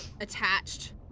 attached